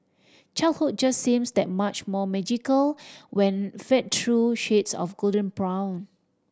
childhood just seems that much more magical when fed through shades of golden brown